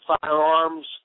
firearms